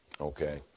Okay